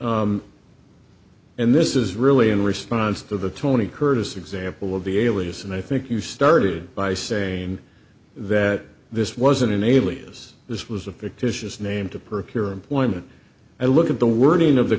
right and this is really in response to the tony curtis example of the alias and i think you started by saying that this wasn't an alias this was a fictitious name to procure employment i look at the wording of the